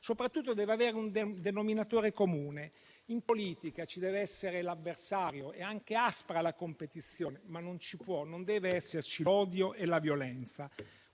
soprattutto, deve avere un denominatore comune. In politica ci dev'essere un avversario e anche aspra dev'essere la competizione, ma non devono esserci l'odio e la violenza.